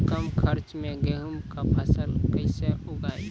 कम खर्च मे गेहूँ का फसल कैसे उगाएं?